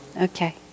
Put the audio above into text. Okay